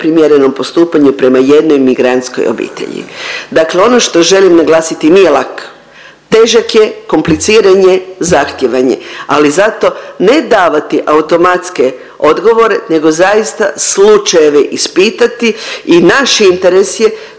neprimjerenom postupanju prema jednoj migrantskoj obitelji. Dakle, ono što želim naglasiti nije lak, težak, kompliciran je, zahtjevan je, ali zato ne davati automatske odgovore nego zaista slučajeve ispitati i naš interes je